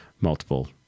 multiple